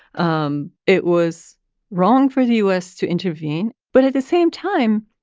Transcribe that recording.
um it was wrong for the u s. to intervene. but at the same time,